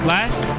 Last